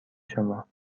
شما